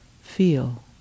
feel